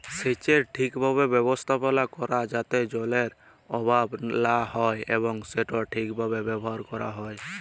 সেচের ঠিকভাবে ব্যবস্থাপালা ক্যরা যাতে জলের অভাব লা হ্যয় এবং সেট ঠিকভাবে ব্যাভার ক্যরা হ্যয়